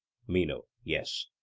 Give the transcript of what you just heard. meno yes.